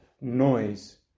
noise